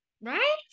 right